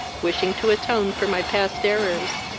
wishing to atone for my past errors,